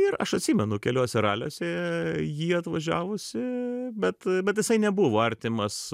ir aš atsimenu keliuose raliuose jį atvažiavusį bet bet jisai nebuvo artimas